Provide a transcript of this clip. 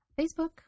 Facebook